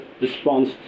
response